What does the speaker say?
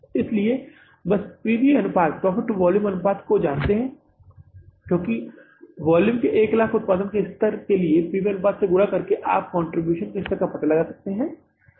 इसलिए हम बस पी वी अनुपात प्रॉफिट टू वॉल्यूम अनुपात को जानते हैं क्योंकि वॉल्यूम के 100000 उत्पादन के स्तर के लिए इसे पी वी अनुपात से गुणा करके आप कंट्रीब्यूशन के स्तर का पता लगा सकते हैं सही